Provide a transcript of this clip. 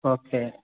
okay